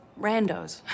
randos